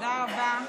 תודה רבה.